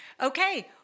Okay